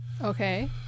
Okay